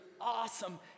awesome